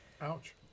Ouch